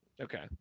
Okay